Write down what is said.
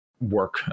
work